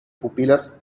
pupilas